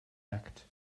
act